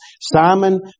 Simon